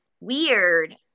weird